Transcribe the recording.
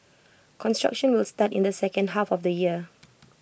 construction will start in the second half of this year